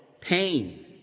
pain